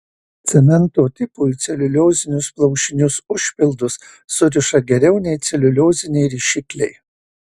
cemento tipui celiuliozinius plaušinius užpildus suriša geriau nei celiulioziniai rišikliai